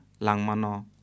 langmano